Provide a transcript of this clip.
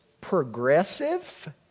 progressive